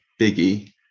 biggie